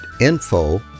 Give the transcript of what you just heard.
info